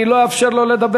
אני לא אאפשר לו לדבר.